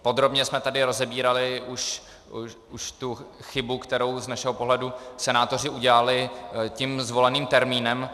Podrobně jsme tady rozebírali už tu chybu, kterou z našeho pohledu senátoři udělali tím zvoleným termínem.